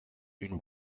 une